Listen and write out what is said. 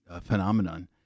phenomenon